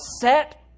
set